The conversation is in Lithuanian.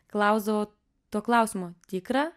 klausdavo to klausimo tikra